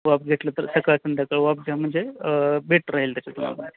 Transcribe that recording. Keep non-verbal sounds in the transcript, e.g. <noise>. वाफ घेतलं तर सकाळ संध्याकाळ वाफ घ्या म्हणजे बेटर राहील त्याच्यातून आप <unintelligible>